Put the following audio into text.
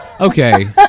Okay